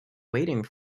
waiting